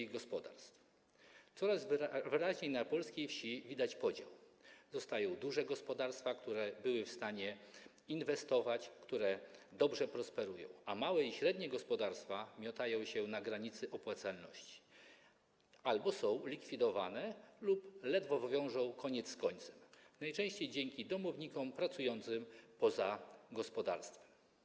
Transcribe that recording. Coraz wyraźniej na polskiej wsi widać podział: zostają duże gospodarstwa, które były w stanie inwestować, które dobrze prosperują, a małe i średnie gospodarstwa miotają się na granicy opłacalności i albo są likwidowane, albo ledwo wiążą koniec z końcem, najczęściej dzięki domownikom pracującym poza gospodarstwem.